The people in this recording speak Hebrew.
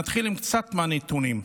נתחיל עם קצת מהנתונים: